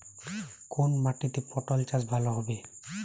কোন মাটিতে পটল চাষ ভালো হবে?